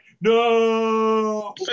no